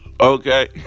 Okay